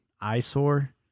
eyesore